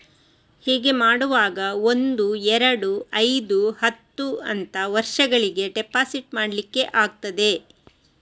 ಹೀಗೆ ಮಾಡುವಾಗ ಒಂದು, ಎರಡು, ಐದು, ಹತ್ತು ಅಂತ ವರ್ಷಗಳಿಗೆ ಡೆಪಾಸಿಟ್ ಮಾಡ್ಲಿಕ್ಕೆ ಆಗ್ತದೆ